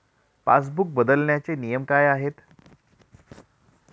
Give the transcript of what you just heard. Passbook बदलण्याचे नियम काय आहेत?